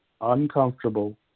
uncomfortable